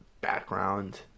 background